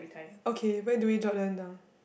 okay where do we drop them down